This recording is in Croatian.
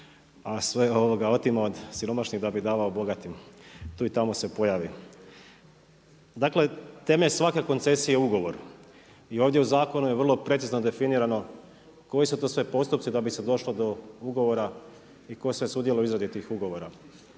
a sve otima od siromašnih da bi davao bogatima, tu i tamo se pojavi. Dakle, tema svake koncesije je ugovor i ovdje u zakonu je vrlo precizno definirano, koji su to sve postupci da bi se došlo do ugovora i tko sve sudjeluje u izradi tih ugovora.